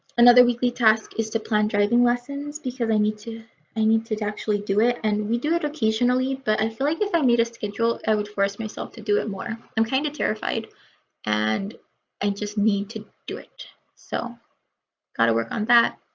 another weekly task is to plan driving lessons because i need to i need to to actually do it and we do it occasionally but i feel like if i made a schedule i would force myself to do it more. i'm kind of terrified and i and just need to do it. so gotta work on that.